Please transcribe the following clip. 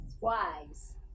Wise